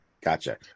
Gotcha